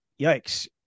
yikes